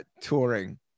touring